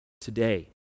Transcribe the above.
today